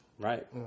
Right